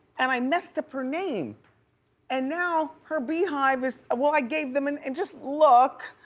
and i messed up her name and now her beehive is, well, i gave them, and and just look.